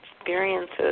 experiences